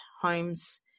homes